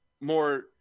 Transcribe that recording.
more